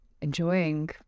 enjoying